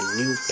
new